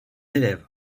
élève